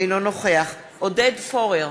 אינו נוכח עודד פורר,